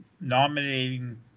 nominating